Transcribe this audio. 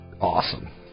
awesome